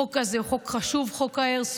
החוק הזה הוא חוק חשוב, חוק האיירסופט,